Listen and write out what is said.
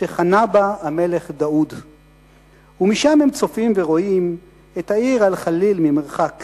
שחנה בה המלך דאוד.// ומשם הם צופים ורואים/ את העיר אל-ח'ליל ממרחק/